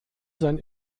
sein